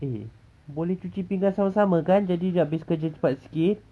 eh boleh cuci pinggan sama-sama kan jadi habis kerja cepat sikit